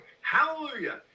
Hallelujah